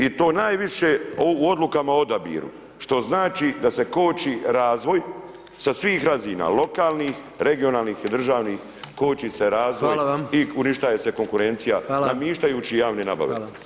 I to najviše u odlukama o odabiru, što znači da se koči razvoj sa svih razina, lokalnih, regionalnih, državnih, koči se razvoj i uništava se konkurencija namještajući javne nabave.